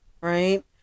right